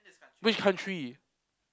which country